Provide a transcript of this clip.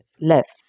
left